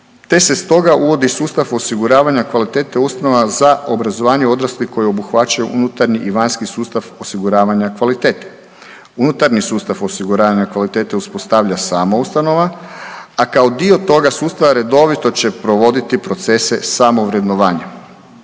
te se stoga uvodi sustav osiguravanja kvalitete ustanova za obrazovanje odraslih koje obuhvaćaju unutarnji i vanjski sustav osiguravanja kvalitete. Unutarnji sustav osiguranja kvalitete uspostavlja sama ustanova, a kao dio toga sustava redovito će provoditi procese samo vrednovanje.